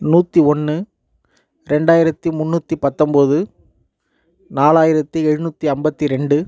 நூற்றி ஒன்று ரெண்டாயிரத்தி முன்னூற்றி பத்தொன்போது நாலாயிரத்தி எழுநூற்றி ஐம்பத்தி ரெண்டு